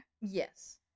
Yes